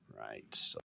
Right